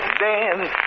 dance